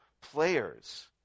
players